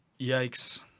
Yikes